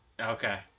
Okay